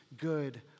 good